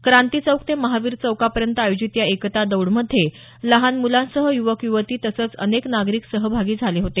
क्रांतीचौक ते महावीर चौकापर्यंत आयोजित या एकता दौडमध्ये लहान मुलांसह युवक युवती तसंच अनेक नागरिक सहभागी झाले होते